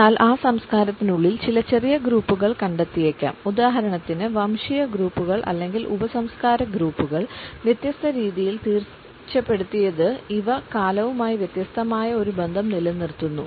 എന്നാൽ ആ സംസ്കാരത്തിനുള്ളിൽ ചില ചെറിയ ഗ്രൂപ്പുകൾ കണ്ടെത്തിയേക്കാം ഉദാഹരണത്തിന് വംശീയ ഗ്രൂപ്പുകൾ അല്ലെങ്കിൽ ഉപസംസ്കാര ഗ്രൂപ്പുകൾ വ്യത്യസ്ത രീതിയിൽ തീർച്ചപ്പെടുത്തിയത് ഇവ കാലവുമായി വ്യത്യസ്തമായ ഒരു ബന്ധം നിലനിർത്തുന്നു